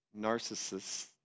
narcissists